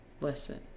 listen